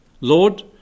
Lord